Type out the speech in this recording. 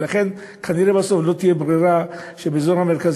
ולכן כנראה בסוף לא תהיה ברירה ובאזור המרכז